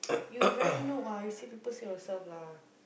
you very noob ah you say people say yourself lah